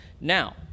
Now